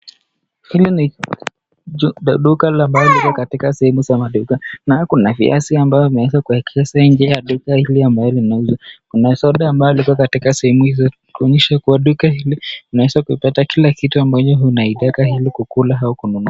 Hili ni duka ambalo liko katika sehemu za maduka. Na kuna viazi ambazo zimeekwa nje ya duka hili ambazo zinauza . Kuna soda ambalo liko katika sehemu hizo kuonyesha kuwa duka hili unaeza kupata kila kitu ambayo unaitaka ili kukula au kununua.